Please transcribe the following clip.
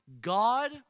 God